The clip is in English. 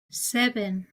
seven